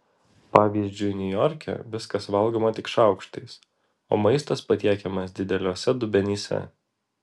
pavyzdžiui niujorke viskas valgoma tik šaukštais o maistas patiekiamas dideliuose dubenyse